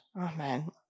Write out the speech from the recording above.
Amen